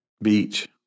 beach